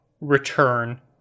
return